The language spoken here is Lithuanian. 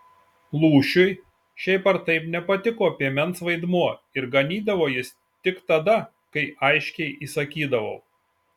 lūšiui šiaip ar taip nepatiko piemens vaidmuo ir ganydavo jis tik tada kai aiškiai įsakydavau